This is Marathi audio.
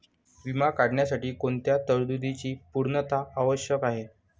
विमा काढण्यासाठी कोणत्या तरतूदींची पूर्णता आवश्यक आहे?